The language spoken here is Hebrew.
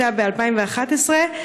הייתה ב-2011,